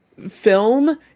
Film